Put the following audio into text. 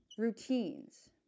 Routines